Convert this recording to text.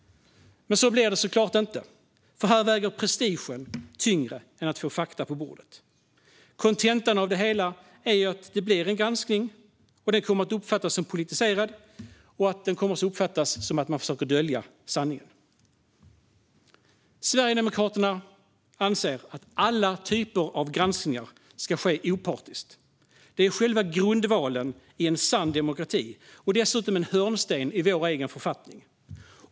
Men så blir det såklart inte, för här väger prestigen tyngre än att få fakta på bordet. Kontentan av det hela blir en granskning som kommer att uppfattas som politiserad och som att man försöker dölja sanningen. Sverigedemokraterna anser att alla typer av granskningar ska ske opartiskt. Det är själva grundvalen i en sann demokrati och dessutom en hörnsten i vår egen författning.